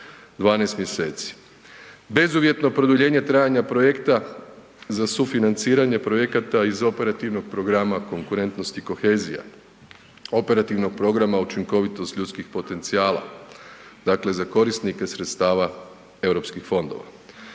12 mjeseci, bezuvjetno produljenje trajanja projekta za sufinanciranje projekata iz Operativnog programa Konkurentnost i kohezija, Operativnog programa Učinkovitost ljudskih potencijala dakle za korisnike sredstava Europskih fondova.